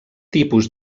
tipus